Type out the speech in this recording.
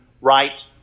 right